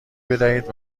بدهید